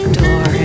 door